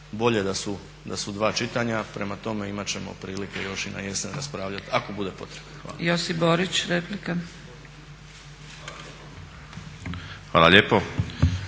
bolje da su u dva čitanja, prema tome imat ćemo prilike još i na jesen raspravljati ako bude potrebno. Hvala lijepa.